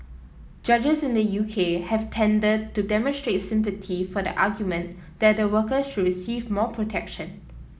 judges in the U K have tended to demonstrate sympathy for the argument that the workers should receive more protection